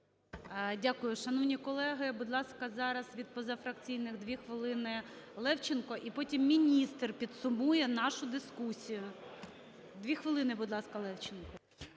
Дякую. Шановні колеги, будь ласка, зараз від позафракційних 2 хвилини Левченко, і потім міністр підсумує нашу дискусію. 2 хвилини, будь ласка, Левченко.